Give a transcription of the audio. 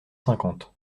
cinquante